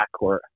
backcourt